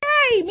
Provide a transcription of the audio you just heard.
Hey